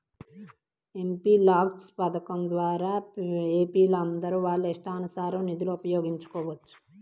MPLADS పథకం ద్వారా ఎంపీలందరూ వాళ్ళ ఇష్టానుసారం నిధులను ఉపయోగించుకోవచ్చు